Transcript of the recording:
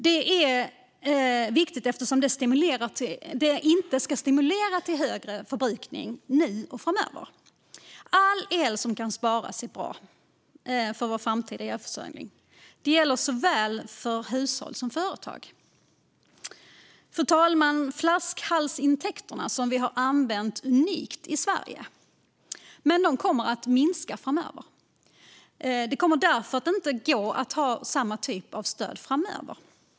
Detta är viktigt, eftersom det inte ska stimulera till högre förbrukning nu och framöver. All el som kan sparas är bra för vår framtida elförsörjning. Det gäller såväl för hushåll som för företag. Fru talman! Flaskhalsintäkterna, som vi har använt unikt i Sverige, kommer att minska framöver. Det kommer därför inte att gå att ha samma typ av stöd framöver.